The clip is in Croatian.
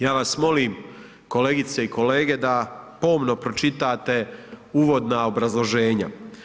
Ja vas molim kolegice i kolege da pomno pročitate uvodna obrazloženja.